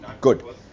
good